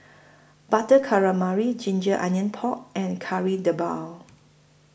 Butter Calamari Ginger Onions Pork and Kari Debal